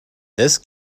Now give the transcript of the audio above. this